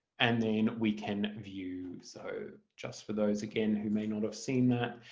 and then we can view so just for those again who may not have seen that.